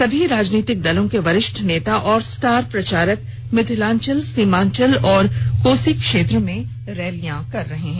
सभी राजनीतिक दलों के वरिष्ठ नेता और स्टार प्रचारक मिथिलांचल सीमांचल और कोसी क्षेत्र में रैलियां कर रहे हैं